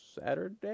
Saturday